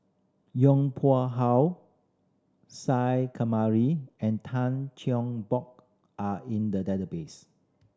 Yong Pung How Isa Kamari and Tan Cheng Bock are in the database